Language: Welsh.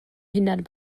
hunan